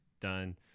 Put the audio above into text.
done